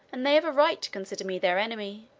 and they have a right to consider me their enemy,